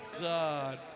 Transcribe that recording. God